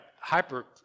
hyper